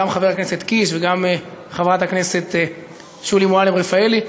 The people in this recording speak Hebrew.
גם חבר הכנסת קיש וגם חברת הכנסת שולי מועלם-רפאלי,